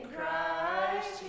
Christ